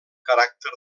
caràcter